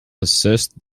assessed